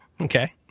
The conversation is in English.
Okay